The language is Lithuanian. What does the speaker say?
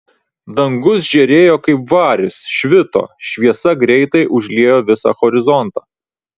dangus žėrėjo kaip varis švito šviesa greitai užliejo visą horizontą